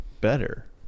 better